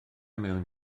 mewn